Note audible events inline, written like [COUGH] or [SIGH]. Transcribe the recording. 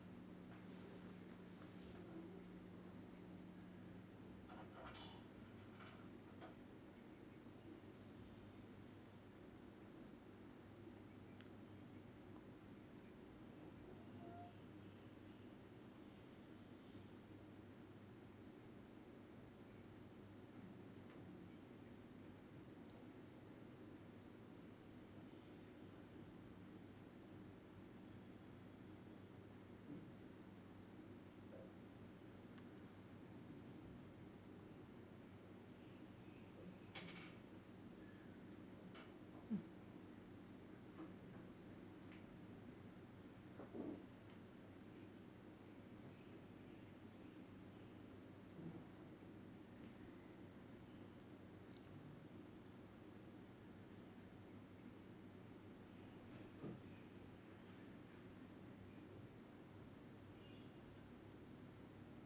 mm [NOISE]